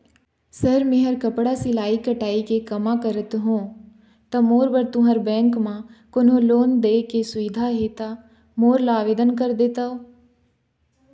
Sir मेहर कपड़ा सिलाई कटाई के कमा करत हों ता मोर बर तुंहर बैंक म कोन्हों लोन दे के सुविधा हे ता मोर ला आवेदन कर देतव?